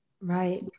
Right